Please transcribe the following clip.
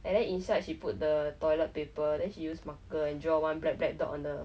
and then inside she put the toilet paper then she use marker and draw one black black dot on the